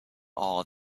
all